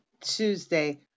Tuesday